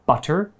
Butter